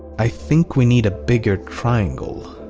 i think we need a bigger triangle.